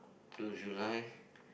to July